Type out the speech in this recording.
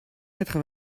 quatre